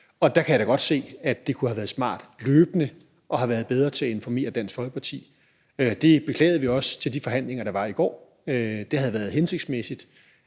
Der kan jeg da godt se, at det kunne have været smart løbende at have været bedre til at informere Dansk Folkeparti. Det beklagede vi også under de forhandlinger, der var i går. Det havde været hensigtsmæssigt